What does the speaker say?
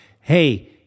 Hey